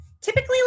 typically